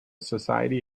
society